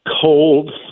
cold